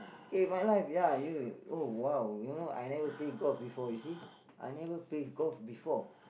okay my life ya oh !wow! you know I never play golf before you see I never play golf before